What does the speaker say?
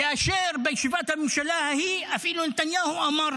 כאשר בישיבת הממשלה ההיא אפילו נתניהו אמר: